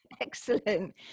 excellent